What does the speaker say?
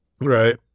Right